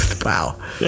Wow